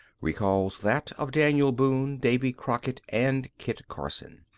recalls that of daniel boone, davy crockett, and kit carson,